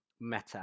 meta